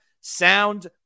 sound